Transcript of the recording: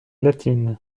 latine